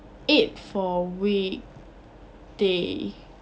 eight for weekday